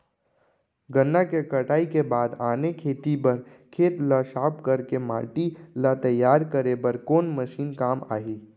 गन्ना के कटाई के बाद आने खेती बर खेत ला साफ कर के माटी ला तैयार करे बर कोन मशीन काम आही?